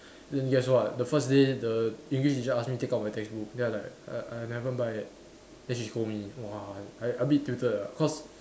then guess what the first day the English teacher ask me take out my textbook then I like I I haven't buy yet then she scold me !wah! I I a bit tilted lah cause